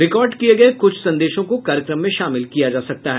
record किए गए कुछ संदेशों को कार्यक्रम में शामिल किया जा सकता है